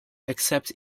except